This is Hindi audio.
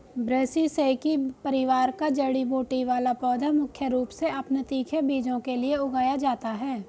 ब्रैसिसेकी परिवार का जड़ी बूटी वाला पौधा मुख्य रूप से अपने तीखे बीजों के लिए उगाया जाता है